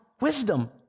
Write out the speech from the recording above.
wisdom